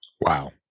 Wow